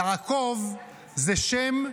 "ויאמר לו ה' שמך